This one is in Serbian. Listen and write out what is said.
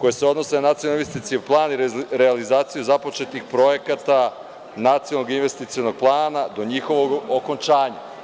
koje se odnose na Nacionalni investicioni plan i realizaciju započetih projekata Nacionalnog investicionog plana do njihovog okončanja.